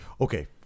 okay